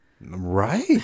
right